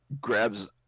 grabs